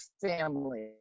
family